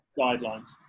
guidelines